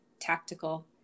tactical